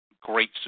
great